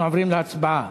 אנחנו עוברים להצבעה.